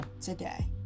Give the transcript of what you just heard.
today